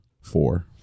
four